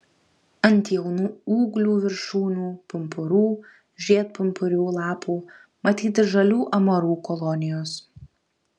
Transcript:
ant jaunų ūglių viršūnių pumpurų žiedpumpurių lapų matyti žalių amarų kolonijos